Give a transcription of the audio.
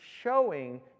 showing